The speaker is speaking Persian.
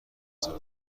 سفر